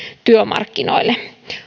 työmarkkinoille